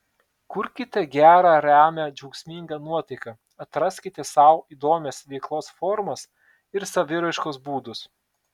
kurkite gerą ramią džiaugsmingą nuotaiką atraskite sau įdomias veiklos formas ir saviraiškos būdus